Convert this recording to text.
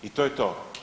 I to je to.